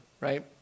right